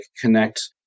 connect